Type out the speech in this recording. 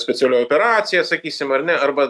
specialioji operacija sakysim ar ne arba